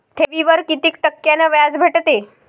ठेवीवर कितीक टक्क्यान व्याज भेटते?